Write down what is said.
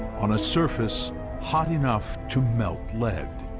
on a surface hot enough to melt lead.